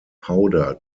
powder